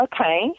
okay